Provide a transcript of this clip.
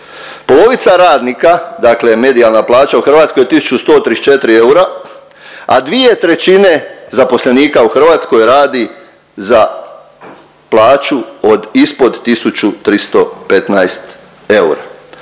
Polovica radnika, dakle medijalna plaća u Hrvatskoj je 1.134 eura, a 2/3 zaposlenika u Hrvatskoj radi za plaću od ispod 1.315 eura.